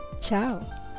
Ciao